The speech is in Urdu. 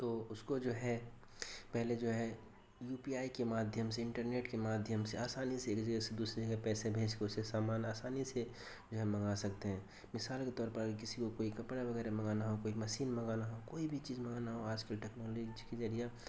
تو اس کو جو ہے پہلے جو ہے یو پی آئی کے مادھیم سے انٹرنیٹ کے مادھیم سے آسانی سے ایک جگہ سے دوسرے جگہ پیسے بھیج کے اسے سامان آسانی سے جو ہے منگا سکتے ہیں مثال کے طور پر اگر کسی کو کوئی کپڑا وغیرہ منگانا ہو کوئی مشین منگانا ہو کوئی بھی چیز منگانا ہو آج کے ٹیکنالوجی کے ذریعہ